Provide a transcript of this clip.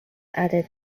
added